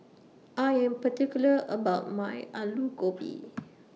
I Am particular about My Alu Gobi